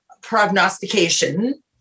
prognostication